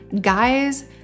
guys